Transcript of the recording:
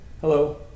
Hello